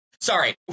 sorry